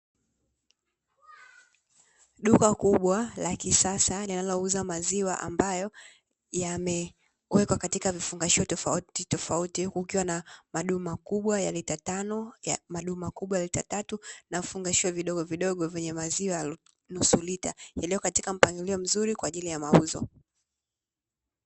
Duka kubwa la kisasa linalouza maziwa, ambayo yamewekwa katika vifungashio tofautitofauti, kukiwa na madumu makubwa, ya lita tano na madumu makubwa, ya lita tatu na vifungashio vidogo vidogo vyenye maziwa nusu lita, yaliyo katika mpangilio mzuri kwa ajili ya mauzo.